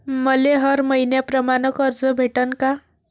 मले हर मईन्याप्रमाणं कर्ज भेटन का?